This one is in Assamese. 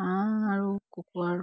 হাঁহ আৰু কুকুৰাৰ